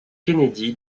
kennedy